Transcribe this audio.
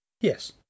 Yes